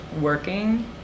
working